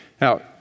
Now